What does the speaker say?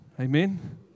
Amen